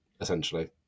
Essentially